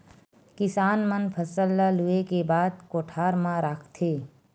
किसान मन फसल ल लूए के बाद कोठर म राखथे